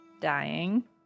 dying